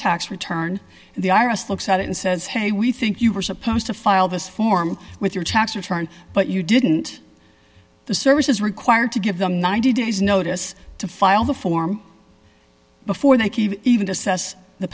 tax return the iris looks at it and says hey we think you were supposed to file this form with your tax return but you didn't the service is required to give them ninety days notice to file the form before they even assess the